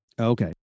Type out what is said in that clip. Okay